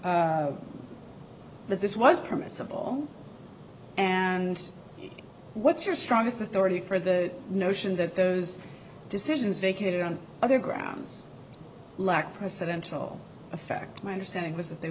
that this was permissible and what's your strongest authority for the notion that those decisions vacated on other grounds lack presidential effect my understanding was that they